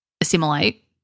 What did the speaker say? assimilate